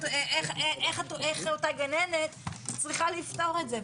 איך אותה גננת צריכה לפתור את זה.